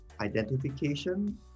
identification